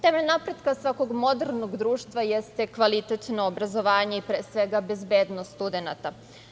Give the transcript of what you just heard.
Temelj napretka svakog modernog društva jeste kvalitetno obrazovanje i, pre svega, bezbednost studenata.